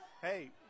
Hey